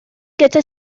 gyda